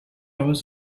was